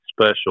special